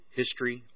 history